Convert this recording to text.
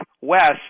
west